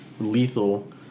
lethal